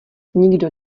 nikdo